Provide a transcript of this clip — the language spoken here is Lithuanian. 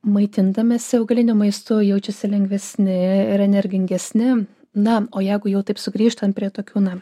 maitindamiesi augaliniu maistu jaučiasi lengvesni ir energingesni na o jeigu jau taip sugrįžtant prie tokių na